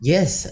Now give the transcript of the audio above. Yes